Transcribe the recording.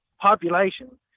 population